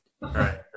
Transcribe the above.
Right